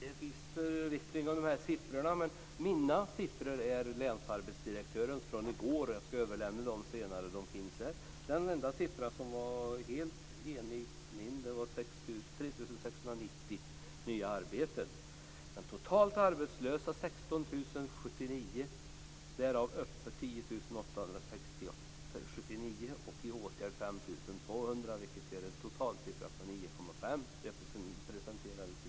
Fru talman! Det finns delade meningar om siffrorna, men mina siffror är länsarbetsdirektörens från i går, och jag ska överlämna dem senare - de finns i mina papper här. Den enda siffra som stämde helt med mina var 3 690 nya arbeten. Men totalt är de arbetslösa 16 079, varav öppet arbetslösa 10 879 och i åtgärd 5 200, vilket gör en total siffra på 9,5 %. Detta presenterades i går.